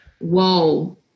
whoa